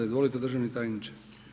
Izvolite državni tajniče.